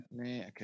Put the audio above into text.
Okay